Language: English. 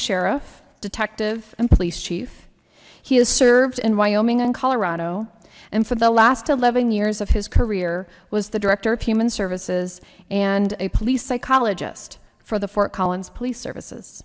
sheriff detective and police chief he has served in wyoming and colorado and for the last eleven years of his career was the director of human services and a police psychologist for the fort collins police services